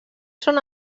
són